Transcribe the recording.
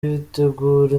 bitegure